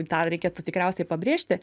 dar reikėtų tikriausiai pabrėžti